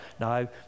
Now